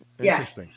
Yes